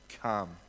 come